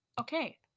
Okay